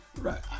Right